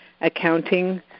accounting